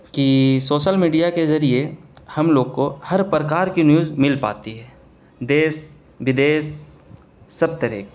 کہ social media کے ذریعے ہم لوگ کو ہر پرکار کی نیوز مل پاتی ہے دیس ودیس سب طرح کے